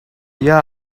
yeah